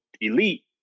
elite